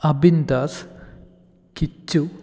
Abindas Kichu